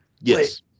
Yes